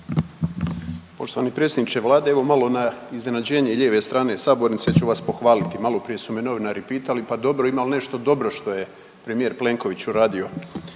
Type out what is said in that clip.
Poštovani predsjedniče Vlade, evo malo na iznenađenje lijeve strane sabornice ću vas pohvaliti. Malo prije su me novinari pitali, pa dobro ima li nešto dobro što je premijer Plenković uradio